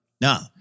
now